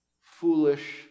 foolish